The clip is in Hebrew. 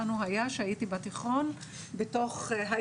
אני אגיד לך איפה שיעור הספורט שלנו היה כשהייתי בתיכון- בתוך היער.